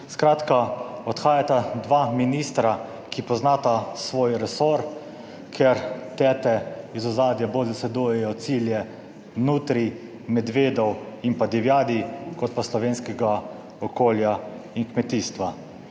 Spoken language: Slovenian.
Skratka odhajata dva ministra, ki poznata svoj resor, ker tete iz ozadja bolj zasledujejo cilje nutrij, medvedov in pa divjadi kot pa slovenskega okolja in kmetijstva.